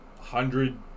hundred